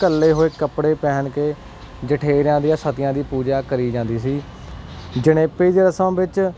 ਘੱਲੇ ਹੋਏ ਕੱਪੜੇ ਪਹਿਨ ਕੇ ਜਠੇਰਿਆਂ ਦੀਆਂ ਸਤੀਆਂ ਦੀ ਪੂਜਾ ਕਰੀ ਜਾਂਦੀ ਸੀ ਜਣੇਪੇ ਦੀ ਰਸਮ ਵਿੱਚ